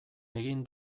egin